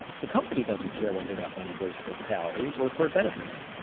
the company doesn't care whether that money goes toward salaries or toward benefits.